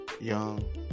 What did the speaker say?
Young